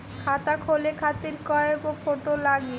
खाता खोले खातिर कय गो फोटो लागी?